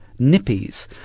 nippies